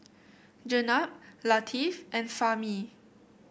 Jenab Latif and Fahmi